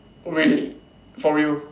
really for real